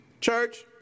church